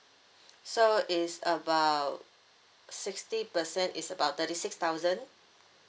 so it's about sixty percent is about thirty six thousand